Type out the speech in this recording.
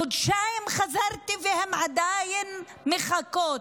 חודשיים, חזרתי, והן עדיין מחכות,